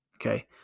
Okay